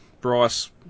Bryce